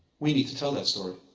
we need to tell that story.